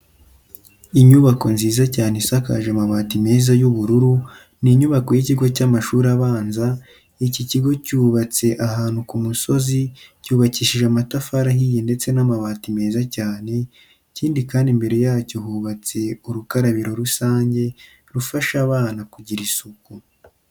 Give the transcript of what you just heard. Inyubako nziza cyane isakaje amabati meza y'ubururu, ni inyubako y'ikigo cy'amashuri abanza, iki kigo cyubatse ahantu ku musozi, cyubakishije amatafari ahiye ndetse n'amabati meza cyane, ikindi kandi imbere yacyo hubatse urukarabiro rusange, rufasha abana kugira isuku.